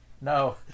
No